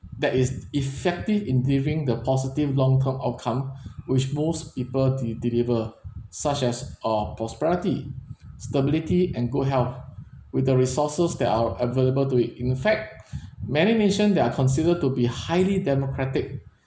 that is effective in giving the positive long term outcome which most people de~deliver such as uh prosperity stability and good health with the resources that are available to it in fact many nation that are considered to be highly democratic